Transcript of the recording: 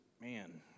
man